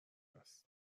هست